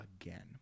again